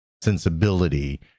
sensibility